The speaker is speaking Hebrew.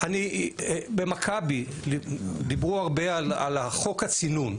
במכבי דיברו הרבה על חוק הצינון,